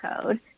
code